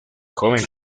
joven